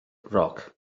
roc